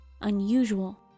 unusual